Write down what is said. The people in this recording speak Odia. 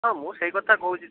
ହଁ ମୁଁ ସେଇ କଥା କହୁଛି